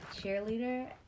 cheerleader